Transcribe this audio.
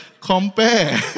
compare